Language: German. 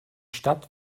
stadt